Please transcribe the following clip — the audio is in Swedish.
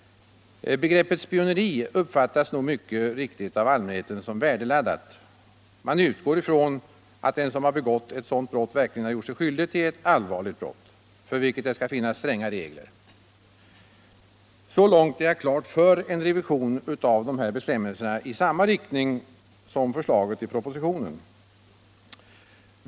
Begreppet spioneri uppfattas nog mycket riktigt av allmänheten som värdeladdat. Man utgår från att den som begått ett sådant brott verkligen gjort sig skyldig till ett allvarligt brott, för vilket det skall finnas stränga regler. Så långt är jag klart för en revision av de här bestämmelserna i samma riktning som förslaget i propositionen.